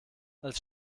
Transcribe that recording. als